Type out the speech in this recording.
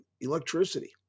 electricity